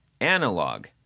analog